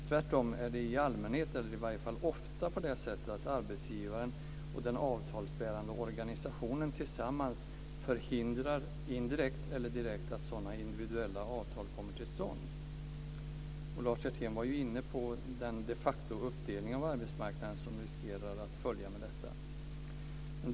Tvärtom är det ofta så att arbetsgivaren och den avtalsbärande organisationen tillsammans förhindrar indirekt, eller direkt, att sådana individuella avtal kommer till stånd. Lars Hjertén var inne på den de facto-uppdelning av arbetsmarknaden som riskerar att följa med detta.